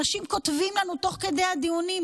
אנשים כותבים לנו תוך כדי הדיונים.